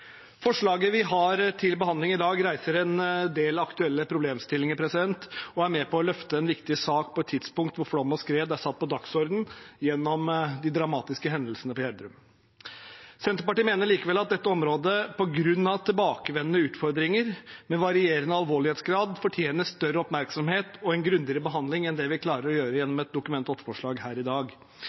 Forslaget vi har til behandling i dag, reiser en del aktuelle problemstillinger og er med på å løfte en viktig sak på en tidspunkt der flom og skred er satt på dagsordenen gjennom de dramatiske hendelsene på Gjerdrum. Senterpartiet mener likevel at dette området, på grunn av tilbakevendende utfordringer med varierende alvorlighetsgrad, fortjener større oppmerksomhet og en grundigere behandling enn det vi klarer å gjøre gjennom et Dokument 8-forslag her i dag.